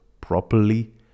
properly